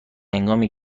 هنگامی